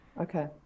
Okay